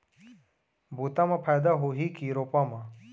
बुता म फायदा होही की रोपा म?